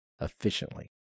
efficiently